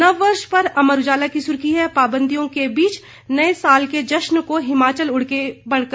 नव वर्ष पर अमर उजाला की सुर्खी है पाबंदियों के बीच नए साल के जश्न को हिमाचल उमड़े पर्यटक